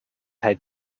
had